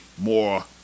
more